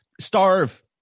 starve